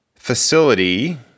facility